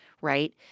right